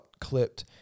clipped